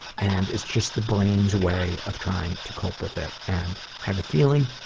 and it's just the brain's way of trying to cope with it, and i have a feeling,